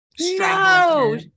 No